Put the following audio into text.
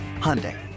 Hyundai